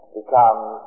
becomes